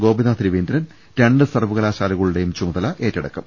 ഗോപിനാഥ് രവീന്ദ്രൻ രണ്ട് സർവ്വക ലാശാലകളുടെയും ചുമതല ഏറ്റെടുക്കും